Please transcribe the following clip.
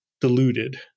diluted